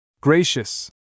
Gracious